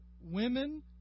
women